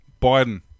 Biden